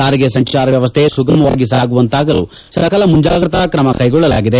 ಸಾರಿಗೆ ಸಂಚಾರ ವ್ಲವಸ್ಥೆ ಸುಗಮವಾಗಿ ಸಾಗುವಂತಾಗಲು ಸಕಲ ಮುಂಚಾಗ್ರತಾ ಕ್ರಮಗಳನ್ನು ಕೈಗೊಳ್ಳಲಾಗಿದೆ